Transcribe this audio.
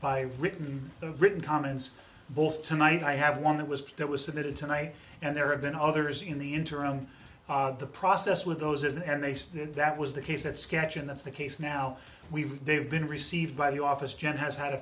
by written written comments both tonight i have one that was that was submitted tonight and there have been others in the interim on the process with those and they said that was the case that sketch and that's the case now we've they've been received by the office jet has had a